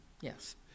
yes